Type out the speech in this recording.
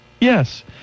yes